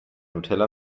nutella